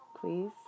please